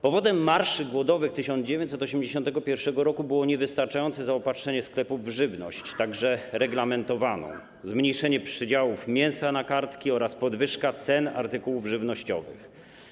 Powodem marszów głodowych 1981 r. było niewystarczające zaopatrzenie sklepów w żywność, także reglamentowaną, zmniejszenie przydziałów mięsa na kartki oraz podwyżka cen artykułów żywnościowych.